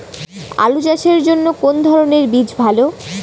আলু চাষের জন্য কোন ধরণের বীজ ভালো?